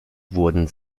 wurden